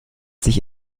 sich